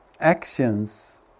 Actions